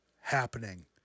happening